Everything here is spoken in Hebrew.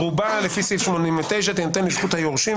"ערובה לפי סעיף 89 תינתן לזכות היורשים,